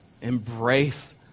embrace